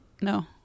no